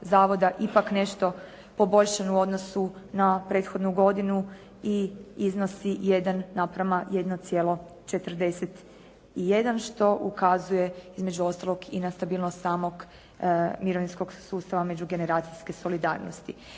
zavoda ipak nešto poboljšan u odnosu na prethodnu godinu i iznosi 1:1,41, što ukazuje između ostalog i na stabilnost samog mirovinskog sustava međugeneracijske solidarnosti.